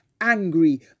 angry